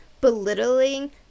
belittling